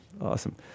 awesome